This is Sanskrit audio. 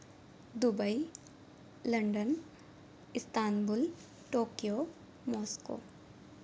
Dubai London Istanbul Tokyo Moscow